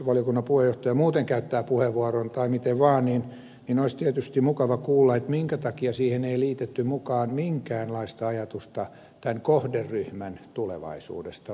mutta jos valiokunnan puheenjohtaja muuten käyttää puheenvuoron tai miten vaan niin olisi tietysti mukava kuulla minkä takia siihen ei liitetty mukaan minkäänlaista ajatusta tämän kohderyhmän tulevaisuudesta